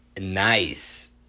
Nice